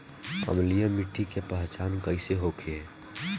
अम्लीय मिट्टी के पहचान कइसे होखे?